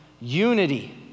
unity